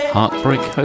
Heartbreak